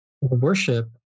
worship